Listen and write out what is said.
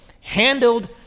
handled